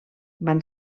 van